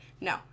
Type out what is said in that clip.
No